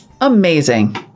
amazing